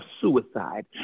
suicide